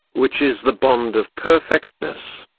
which is the bond of perfectness.